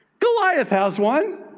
goliath has one.